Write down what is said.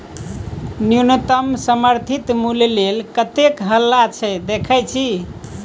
न्युनतम समर्थित मुल्य लेल कतेक हल्ला छै देखय छी